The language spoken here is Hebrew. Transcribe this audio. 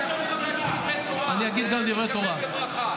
אתה יכול להגיד גם דברי תורה,